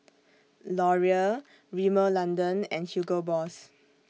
Laurier Rimmel London and Hugo Boss